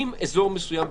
אם אזור מסוים בטבריה,